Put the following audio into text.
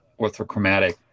orthochromatic